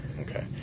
okay